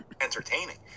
entertaining